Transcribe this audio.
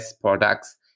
products